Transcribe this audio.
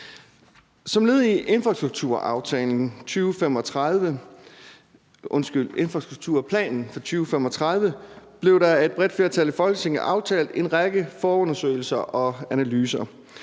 Som led i infrastrukturplanen for 2035 blev der af et bredt flertal i Folketinget aftalt en række forundersøgelser og analyser.